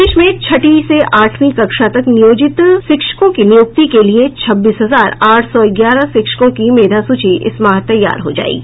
प्रदेश में छठी से आठवीं कक्षा तक नियोजित शिक्षकों की नियुक्ति के लिये छब्बीस हजार आठ सौ ग्यारह शिक्षकों की मेधा सूची इस माह तैयार हो जायेगी